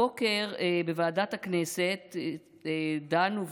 הבוקר בוועדת הכנסת דנו,